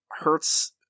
hurts